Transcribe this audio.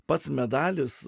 pats medalis